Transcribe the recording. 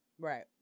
Right